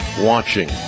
watching